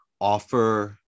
offer